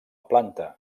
planta